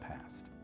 past